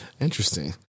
Interesting